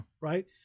right